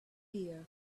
here